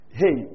hey